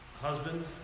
husband